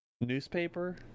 Newspaper